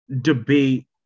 debate